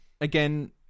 again